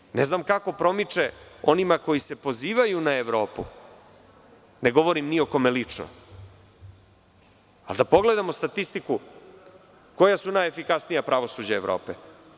Recimo, ne znam kako promiče onima koji se pozivaju na Evropu, ne govorim ni o kome lično, ali da pogledamo statistiku, koja su najefikasnija pravosuđa Evrope?